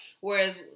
Whereas